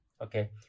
okay